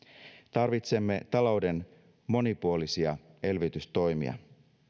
tarvitsemme talouden monipuolisia elvytystoimia